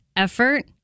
Effort